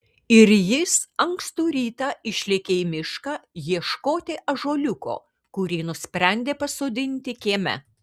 ir jis ankstų rytą išlėkė į mišką ieškoti ąžuoliuko kurį nusprendė pasodinti kieme